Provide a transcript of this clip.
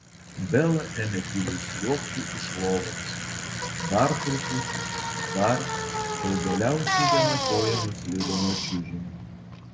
bela ėmė tyliai sliuogti iš lovos dar truputį dar kol galiausiai viena koja nuslydo nuo čiužinio